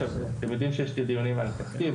אתם יודעים שיש עכשיו דיונים על התקציב,